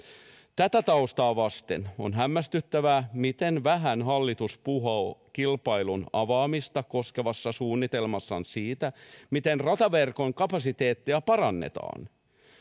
tätä taustaa vasten on hämmästyttävää miten vähän hallitus puhuu kilpailun avaamista koskevassa suunnitelmassaan siitä miten rataverkon kapasiteettia parannetaan